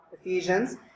Ephesians